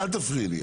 אל תפריעי לי.